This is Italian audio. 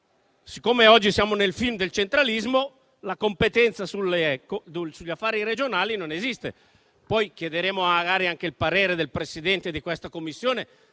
siccome oggi siamo nel film del centralismo, la competenza sugli affari regionali non esiste. Poi chiederemo magari anche il parere del Presidente di questa Commissione